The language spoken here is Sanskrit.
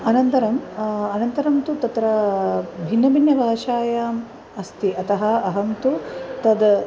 अनन्तरम् अनन्तरं तु तत्र भिन्नभिन्नभाषायाम् अस्ति अतः अहं तु तत्